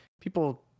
people